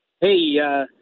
Hey